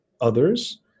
others